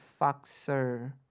Foxer